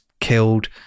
killed